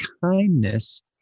kindness